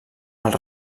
els